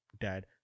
dad